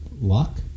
luck